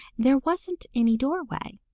there wasn't any doorway.